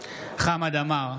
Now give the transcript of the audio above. חמד עמאר,